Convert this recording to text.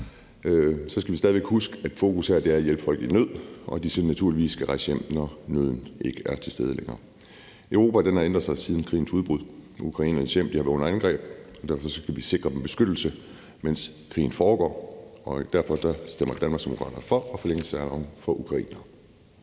skal vi stadig huske, at fokus her er at hjælpe folk i nød, og at de så naturligvis skal rejse hjem, når nøden ikke er til stede længere. Europa har ændret sig siden krigens udbrud. Ukrainernes hjem har været under angreb, og derfor skal vi sikre dem beskyttelse, mens krigen foregår. Derfor stemmer Danmarksdemokraterne for at forlænge særloven for ukrainere.